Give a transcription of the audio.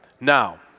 Now